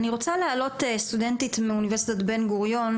אני רוצה להעלות סטודנטית מאוניברסיטת בן גוריון,